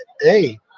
hey